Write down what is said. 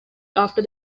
after